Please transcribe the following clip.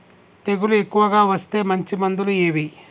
తెగులు ఎక్కువగా వస్తే మంచి మందులు ఏవి?